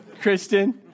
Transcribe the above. Kristen